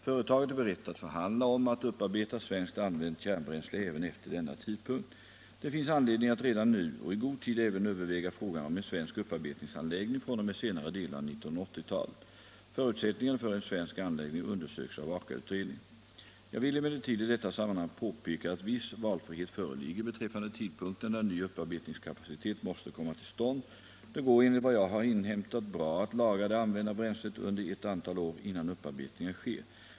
Företaget är berett att förhandla om att upparbeta svenskt använt kärnbränsle även efter denna tidpunkt. Det finns anledning att redan nu och i god tid även överväga frågan om en svensk upparbetningsanläggning fr.o.m. senare delen av 1980-talet. Förutsättningarna för en svensk anläggning undersöks av AKA-utredningen. Jag vill emellertid i detta sammanhang påpeka att viss valfrihet föreligger beträffande tidpunkten när ny upparbetningskapacitet måste komma till stånd. Det går enligt vad jag har inhämtat bra att lagra det använda bränslet under ett antal år innan upparbetningen sker.